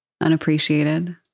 unappreciated